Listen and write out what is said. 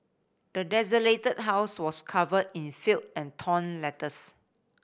the desolated house was covered in filth and torn letters